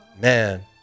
man